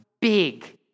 big